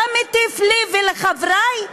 אתה מטיף לי ולחברי?